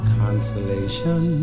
consolation